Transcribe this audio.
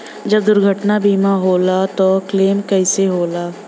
जब दुर्घटना बीमा होला त क्लेम कईसे होला?